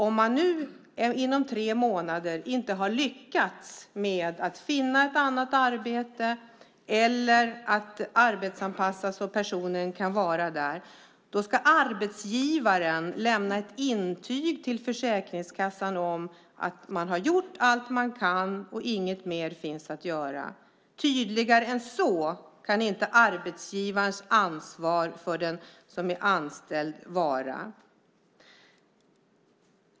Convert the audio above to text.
Om man inom tre månader inte har lyckats med att finna ett annat arbete eller arbetsanpassa så att personen kan vara där ska arbetsgivaren lämna ett intyg till Försäkringskassan om att man har gjort allt man kan och att inget mer finns att göra. Tydligare än så kan inte arbetsgivarens ansvar för den anställde vara.